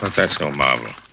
but that's no mommy.